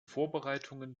vorbereitungen